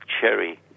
cherry